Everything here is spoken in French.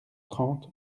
trente